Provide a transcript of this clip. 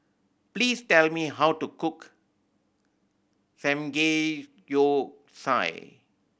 please tell me how to cook Samgeyopsal